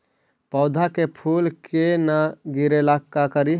पौधा के फुल के न गिरे ला का करि?